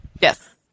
Yes